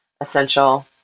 essential